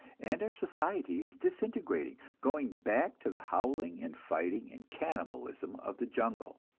and our society is disintegrating, going back to the howling and fighting and cannibalism of the jungle.